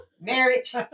Marriage